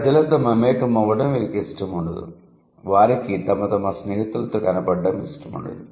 ప్రజలతో మమేకమవ్వడం వీరికి ఇష్టం ఉండదు వారికి తమ తమ స్నేహితులతో కనబడటం ఇష్టం ఉండదు